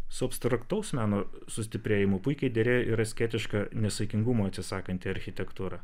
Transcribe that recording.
su abstraktaus meno sustiprėjimu puikiai derėjo ir asketiška nesaikingumo atsisakanti architektūra